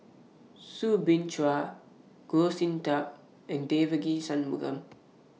Soo Bin Chua Goh Sin Tub and Devagi Sanmugam